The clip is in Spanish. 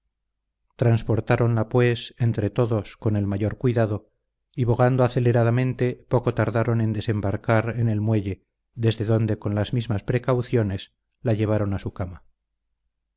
inmediatamente transportáronla pues entre todos con el mayor cuidado y bogando aceleradamente poco tardaron en desembarcar en el muelle desde donde con las mismas precauciones la llevaron a su cama